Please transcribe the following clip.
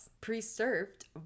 Preserved